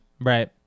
Right